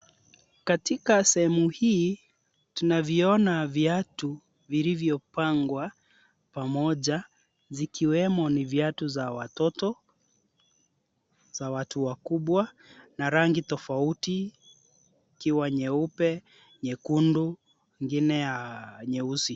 Katika sehemu hii tunavyiona viatu vilivyopangwa pamoja zikiwemo ni viatu za watoto, za watu wakubwa na rangi tofauti ikiwa nyeupe, nyekundu ingine ya nyeusi